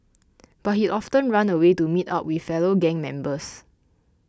but he often ran away to meet up with fellow gang members